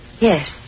Yes